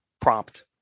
prompt